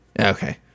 Okay